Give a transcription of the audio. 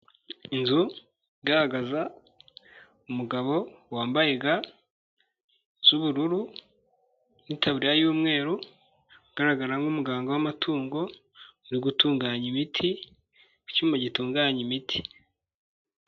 Inzu igaragaza umugabo wambaye ga z'ubururu n'itaburiya y'umweru ugaragara nk'umuganga w'amatungo uri gutunganya imiti ku cyuma gitunganya imiti.